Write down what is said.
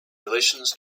relations